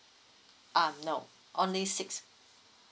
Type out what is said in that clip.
um no only six